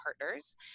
partners